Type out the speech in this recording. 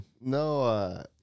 No